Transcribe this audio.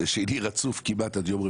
זה שני רצוף כמעט עד יום רביעי,